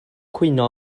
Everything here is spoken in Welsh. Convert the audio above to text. cwyno